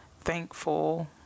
thankful